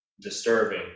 disturbing